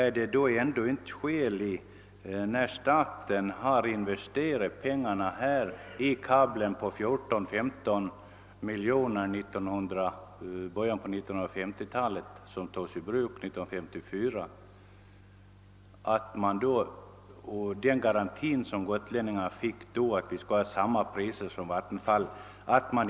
I början av 1950-talet investerade staten 14—15 miljoner kronor i kabeln mellan fastlandet och Gotland. Den togs i bruk 1954. Då fick gotlänningarna garanti att de skulle få betala samma elströmspriser som Vattenfall debiterade.